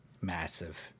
massive